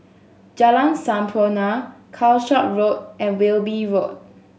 Jalan Sampurna Calshot Road and Wilby Road